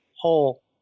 whole